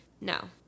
No